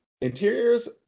Interiors